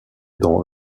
dans